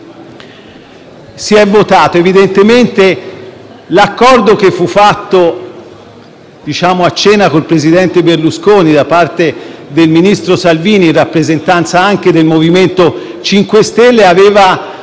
Si è votato, ma evidentemente l'accordo che fu fatto a cena con il presidente Berlusconi, da parte del ministro Salvini in rappresentanza anche del MoVimento 5 Stelle, aveva